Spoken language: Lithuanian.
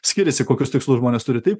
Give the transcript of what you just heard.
skiriasi kokius tikslus žmonės turi taip